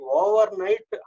overnight